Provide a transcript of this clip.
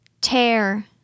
Tear